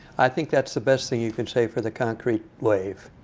i think that's the best thing you can say for the concrete wave.